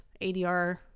ADR